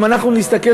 אם אנחנו נסתכל